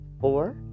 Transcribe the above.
four